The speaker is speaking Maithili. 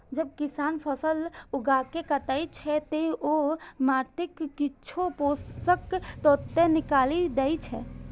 जब किसान फसल उगाके काटै छै, ते ओ माटिक किछु पोषक तत्व निकालि दै छै